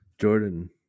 Jordan